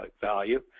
value